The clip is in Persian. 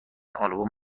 آلبوم